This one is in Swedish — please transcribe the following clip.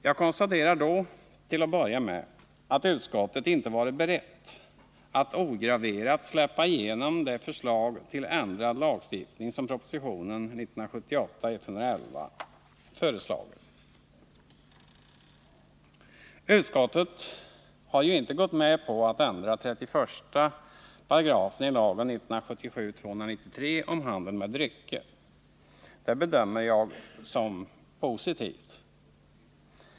Jag konstaterar då, till att börja med, att utskottet inte varit berett att ograverat släppa igenom det förslag till ändrad lagstiftning som propositionen 1978/79:111 innehåller. Utskottet har ju inte gått med på att ändra 34 § i lagen om handel med drycker . Det bedömer jag som positivt.